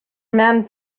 men